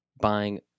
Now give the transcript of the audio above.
buying